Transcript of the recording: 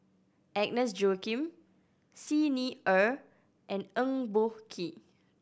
Agnes Joaquim Xi Ni Er and Eng Boh Kee